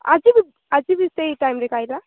ଆଜି ବି ଆଜି ବି ସେଇ ଟାଇମ୍ ରେ ଏକା ଆଇଲା